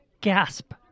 gasp